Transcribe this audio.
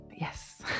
Yes